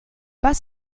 pas